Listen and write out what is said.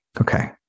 Okay